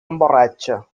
emborratxa